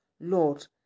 Lord